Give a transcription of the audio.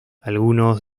algunos